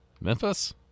Memphis